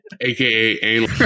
aka